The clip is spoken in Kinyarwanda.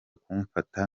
kumfata